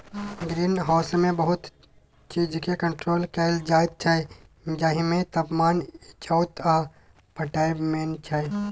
green हाउसमे बहुत चीजकेँ कंट्रोल कएल जाइत छै जाहिमे तापमान, इजोत आ पटाएब मेन छै